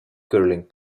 curling